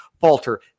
falter